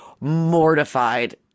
mortified